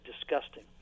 disgusting